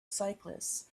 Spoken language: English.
cyclists